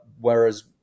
whereas